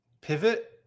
pivot